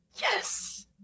Yes